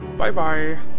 Bye-bye